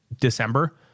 December